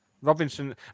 Robinson